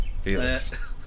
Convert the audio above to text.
Felix